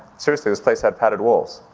seriously, this place had padded walls.